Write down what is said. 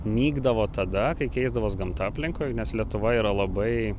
nykdavo tada kai keisdavos gamta aplinkui nes lietuva yra labai